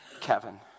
Kevin